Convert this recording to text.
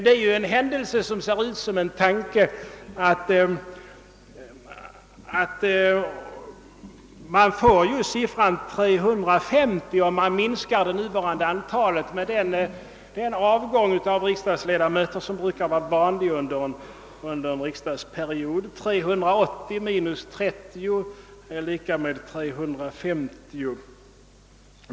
Det är en händelse som ser ut som en tanke att man får siffran 350, om man minskar det nuvarande antalet med den avgång av antalet riksdagsledamöter som brukar vara vanlig under en riksdagsperiod. 380 minus 30 lika med 350.